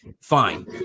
fine